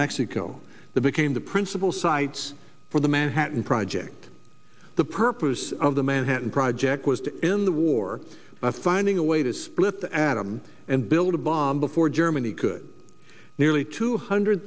mexico the became the principle sites for the manhattan project the purpose of the manhattan project was to end the war by finding a way to split the atom and build a bomb before germany could nearly two hundred